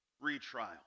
Retrial